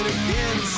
again